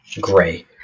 gray